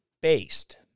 based